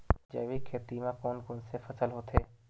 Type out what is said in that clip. जैविक खेती म कोन कोन से फसल होथे?